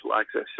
access